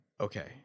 okay